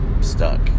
stuck